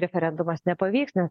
referendumas nepavyks nes